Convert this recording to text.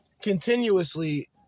continuously